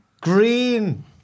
Green